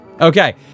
okay